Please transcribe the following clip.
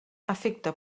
afecta